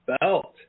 belt